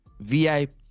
VIP